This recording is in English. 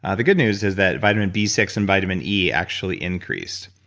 ah the good news is that vitamin b six and vitamin e actually increased.